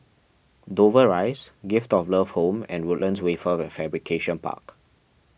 Dover Rise Gift of Love Home and Woodlands Wafer Fabrication Park